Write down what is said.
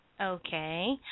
Okay